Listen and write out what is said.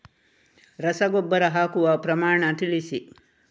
ರಸಗೊಬ್ಬರ ಹಾಕುವ ಪ್ರಮಾಣ ತಿಳಿಸಿ